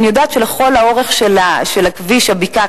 אני יודעת שלכל האורך של כביש הבקעה,